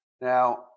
Now